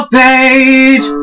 page